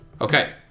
Okay